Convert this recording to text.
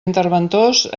interventors